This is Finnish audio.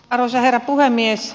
arvoisa herra puhemies